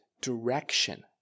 direction